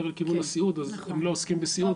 לכיוון הסיעוד והם לא עוסקים בסיעוד.